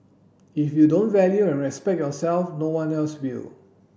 if you don't value and respect yourself no one else will